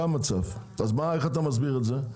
איך אתה מסביר את זה,